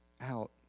out